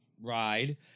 ride